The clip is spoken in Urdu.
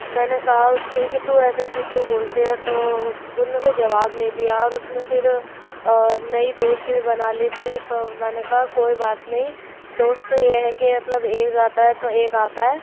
میں نے کہا اس سے کہ تو ایسے ایسے کیوں بولتی ہے تو ان نے کوئی جواب نہیں دیا اور اس نے پھر نئی دوست بھی بنا لی تھی تو میں نے کہا کوئی بات نہیں دوست تو یہ ہے کہ مطلب ایک جاتا ہے تو ایک آتا ہے